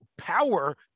power